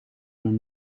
mijn